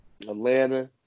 Atlanta